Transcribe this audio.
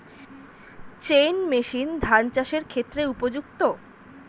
Chain machine ধান চাষের ক্ষেত্রে উপযুক্ত?